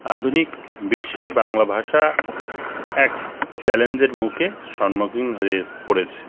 আধুনিক বিশ্বে বাংলা ভাষা এক চ্যালেঞ্জের মুকে সন্মুখীন হয়ে পড়েছে